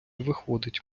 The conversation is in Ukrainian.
виходить